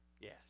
Yes